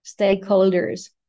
stakeholders